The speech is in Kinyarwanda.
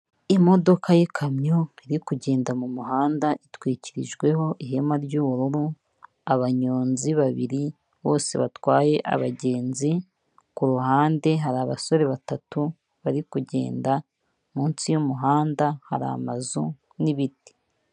Imodoka y'ikamyo iri kugenda mumuhanda itwikirijweho ihema ry'ubururu abanyonzi babiri bose batwaye abagenzi kuruhande hari abasore batatu bari kugenda munsi y'umuhanda hari amazu n'ibiti.